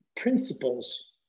principles